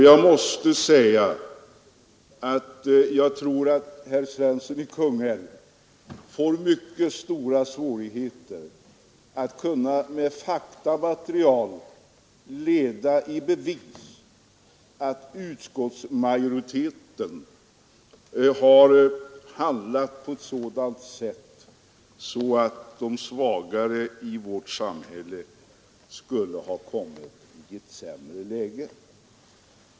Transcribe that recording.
Jag tror att herr Svensson i Kungälv får mycket stora svårigheter att med några fakta leda i bevis att utskottsmajoriteten har handlat på ett sådant sätt att de svagare i vårt samhälle skulle ha kommit i ett sämre läge.